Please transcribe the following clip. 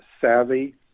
savvy